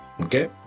okay